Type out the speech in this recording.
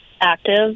active